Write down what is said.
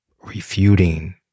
refuting